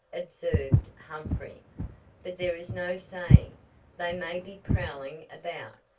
observed humphrey but there is no saying they may be prowling about,